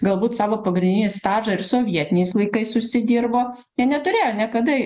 galbūt savo pagrindinį stažą ir sovietiniais laikais užsidirbo jie neturėjo niekada